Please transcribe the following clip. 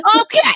Okay